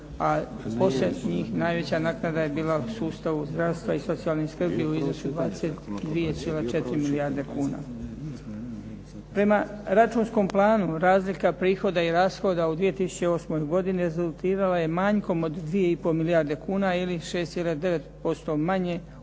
a poslije njih najveća naknada je bila u sustavu zdravstva i socijalne skrbi u iznosu od 22,4 milijarde kuna. Prema računskom planu razlika prihoda i rashoda u 2008. godini rezultirala je manjkom od 2,5 milijarde kuna ili 6,9% manje